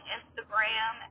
Instagram